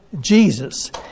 Jesus